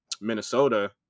Minnesota